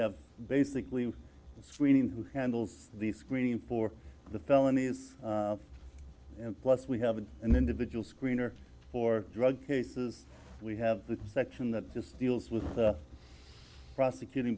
have basically screening who handles the screening for the felonies and once we have an individual screener for drug cases we have the section that just deals with prosecuting